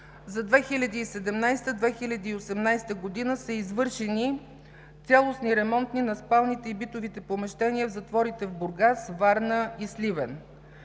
За 2017 – 2018 г. са извършени цялостни ремонти на спалните и битовите помещения в затворите в Бургас, Варна и Сливен.